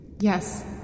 Yes